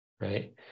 right